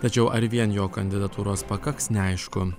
tačiau ar vien jo kandidatūros pakaks neaišku